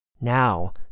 Now